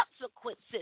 consequences